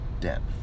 depth